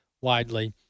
widely